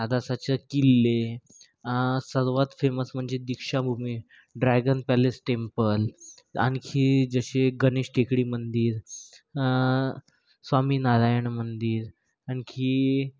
आदासाचं किल्ले सर्वात फेमस म्हणजे दीक्षाभूमी ड्रॅगन पॅलेस टेंपल आणखी जसे गणेश टेकडी मंदिर स्वामीनारायण मंदिर आणखी